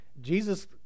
Jesus